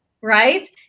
right